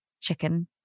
chicken